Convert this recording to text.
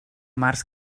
març